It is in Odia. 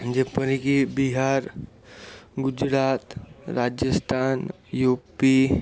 ଯେପରିକି ବିହାର ଗୁଜୁରାଟ ରାଜସ୍ତାନ ୟୁ ପି